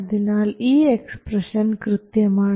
അതിനാൽ ഈ എക്സ്പ്രഷൻ കൃത്യമാണ്